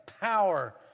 power